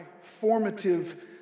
formative